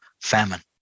famine